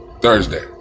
Thursday